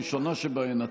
הראשונה שבהן,